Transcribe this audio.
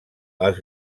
els